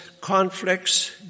conflicts